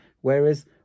Whereas